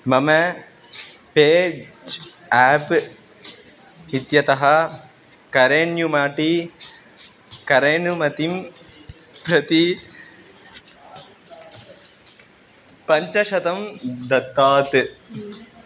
मम page app इत्यतः करेण्युमाटी करेणुमतिं प्रति पञ्चशतं दत्तात्